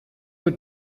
were